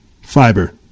fiber